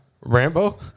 Rambo